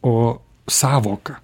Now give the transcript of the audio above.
o sąvoką